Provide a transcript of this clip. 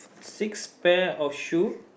six pair of shoe